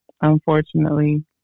unfortunately